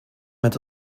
met